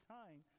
time